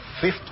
fifth